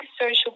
social